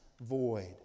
void